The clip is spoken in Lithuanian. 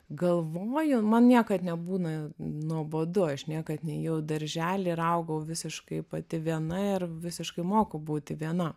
galvoju man niekad nebūna nuobodu aš niekad nėjau į darželį ir augau visiškai pati viena ir visiškai moku būti viena